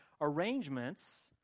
arrangements